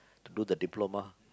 to do the diploma